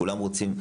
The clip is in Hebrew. כולם רוצים,